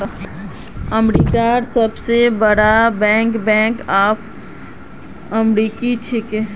अमेरिकार सबस बरका बैंक बैंक ऑफ अमेरिका छिके